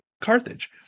Carthage